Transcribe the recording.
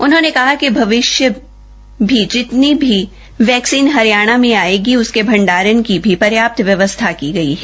उन्होंने कहा कि भविष्य में भी जितनी भी वैक्सीन हरियाणा में आयेगी उसके भण्डारण की भी पर्याप्त व्यवस्था की गई है